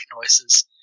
noises